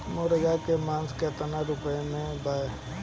मुर्गी के मांस केतना रुपया किलो बा?